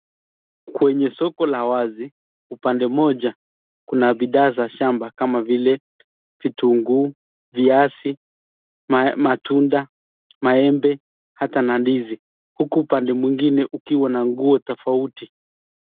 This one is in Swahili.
Kwenye soko la wazi upande mmoja kuna bidhaa za shamba kama vile vitunguu, viazi, matunda, maembe hata na ndizi huku upande mwingine kukiwa na nguo tofauti.